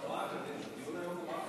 הדיון היום הוא רק